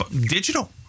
digital